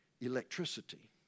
electricity